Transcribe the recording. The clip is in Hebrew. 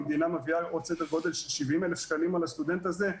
המדינה מביאה עוד סדר גודל של 70,000 שקלים על הסטודנט הזה.